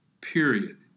period